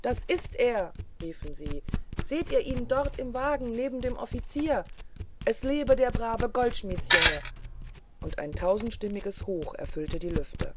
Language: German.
das ist er riefen sie seht ihr ihn dort im wagen neben dem offizier es lebe der brave goldschmidtsjunge und ein tausendstimmiges hoch füllte die lüfte